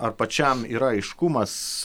ar pačiam yra aiškumas